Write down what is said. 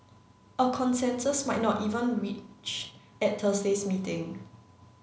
a consensus might not even reached at Thursday's meeting